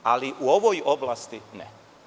Ali, u ovoj oblasti, ne.